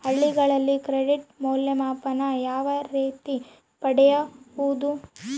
ಹಳ್ಳಿಗಳಲ್ಲಿ ಕ್ರೆಡಿಟ್ ಮೌಲ್ಯಮಾಪನ ಯಾವ ರೇತಿ ಪಡೆಯುವುದು?